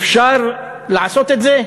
אפשר לעשות את זה?